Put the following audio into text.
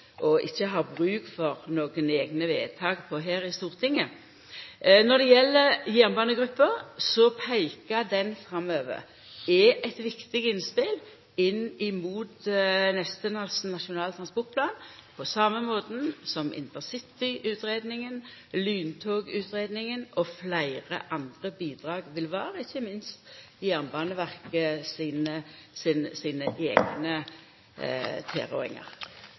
og der det ikkje er bruk for eigne vedtak her i Stortinget. Når det gjeld jernbanegruppa, peikar ho framover og er eit viktig innspel inn imot neste nasjonale transportplan, på same måten som intercityutgreiinga, lyntogutgreiinga og fleire andre bidrag vil vera, ikkje minst Jernbaneverket sine eigne